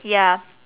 ya